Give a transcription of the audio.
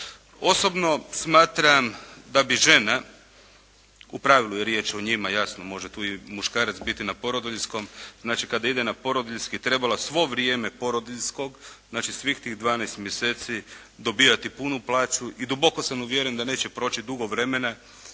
Osobno smatram da bi žena, u pravilu je riječ o njima, jasno može tu i muškarac biti na porodiljskom, znači kada ide na porodiljski, trebala svo vrijeme porodiljskog, znači svih tih 12 mjeseci dobivati punu plaću i duboko sam uvjeren da neće proći puno vremena